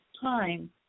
time